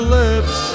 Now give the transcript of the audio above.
lips